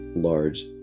large